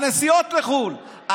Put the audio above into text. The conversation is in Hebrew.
הנסיעות לחו"ל,